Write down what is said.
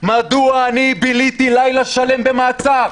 מדוע אני ביליתי לילה שלם במעצר?